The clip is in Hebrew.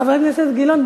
חברת הכנסת גילאון,